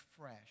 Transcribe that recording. fresh